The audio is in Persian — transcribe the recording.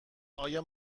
آیا